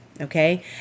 Okay